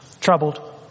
troubled